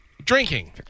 drinking